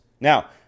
now